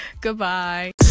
Goodbye